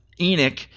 Enoch